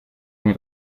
muy